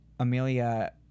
Amelia